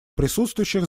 присутствующих